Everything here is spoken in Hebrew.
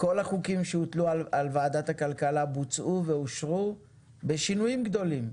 כל החוקים שהוטלו על ועדת הכלכלה בוצעו ואושרו בשינויים גדולים,